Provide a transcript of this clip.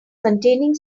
containing